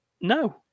No